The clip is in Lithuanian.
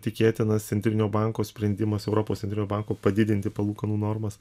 tikėtinas centrinio banko sprendimas europos centrinio banko padidinti palūkanų normas